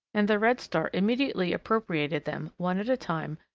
and the redstart immediately appropriated them, one at a time,